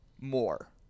more